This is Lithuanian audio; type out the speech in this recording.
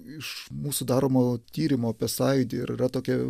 iš mūsų daromo tyrimo apie sąjūdį ir yra tokia